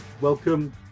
Welcome